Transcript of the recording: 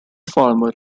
farmer